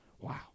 Wow